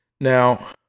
Now